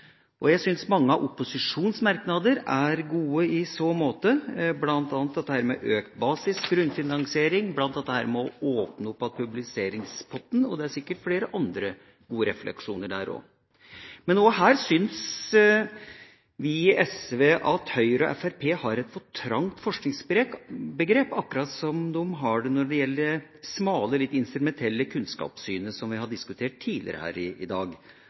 meldinga. Jeg syns mange av opposisjonens merknader er gode i så måte, blant annet dette med økt basisfinansiering og dette med å åpne publiseringspotten igjen. Det er sikkert flere andre gode refleksjoner der også. Men også her syns vi i SV at Høyre og Fremskrittspartiet har et for trangt forskingsbegrep, akkurat som de har det når det gjelder det smale, litt instrumentelle kunnskapssynet som vi har diskutert her litt tidligere i dag.